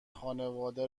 خانواده